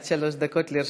עד שלוש דקות לרשותך.